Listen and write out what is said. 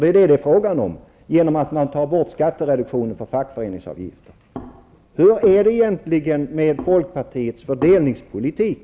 Det är ju fråga om skattehöjningar, genom att skattereduktionen för fackföreningsavgifter tas bort. Hur är det egentligen med folkpartiets fördelningspolitik,